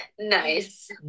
Nice